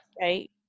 Right